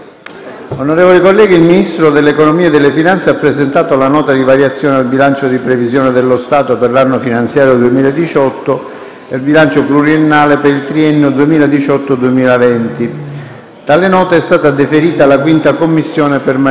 Signor Presidente, la presente Nota di variazioni al bilancio di previsione dello Stato per l'anno finanziario 2018 e bilancio pluriennale per il triennio 2018-2020 è stata predisposta al fine di recepire gli effetti degli emendamenti approvati dal Senato della Repubblica al disegno di legge di bilancio.